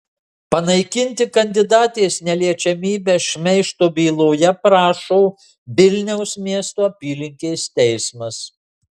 panaikinti kandidatės neliečiamybę šmeižto byloje prašo vilniaus miesto apylinkės teismas